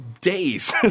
days